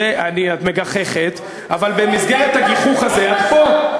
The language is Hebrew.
את מגחכת, אבל במסגרת הגיחוך הזה את פה.